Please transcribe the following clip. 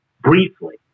briefly